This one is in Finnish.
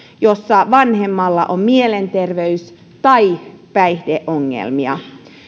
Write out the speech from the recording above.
jossa vanhemmalla on mielenterveys tai päihdeongelmia